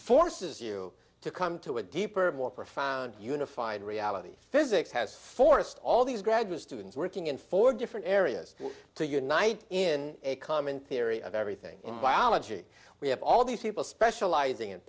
forces you to come to a deeper more profound unified reality physics has forced all these graduate students working in four different areas to unite in a common theory of everything in biology we have all these people specializing